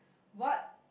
what